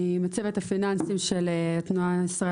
אני מצוות הפיננסים של תנועת ישראל